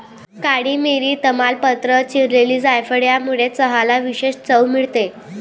काळी मिरी, तमालपत्र, चिरलेली जायफळ यामुळे चहाला विशेष चव मिळते